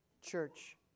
Church